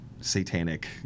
satanic